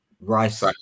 rice